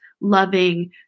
loving